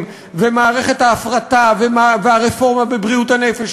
ומערכת ההפרטה והרפורמה בבריאות הנפש,